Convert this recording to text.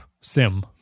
Sim